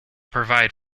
provide